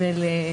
אלה.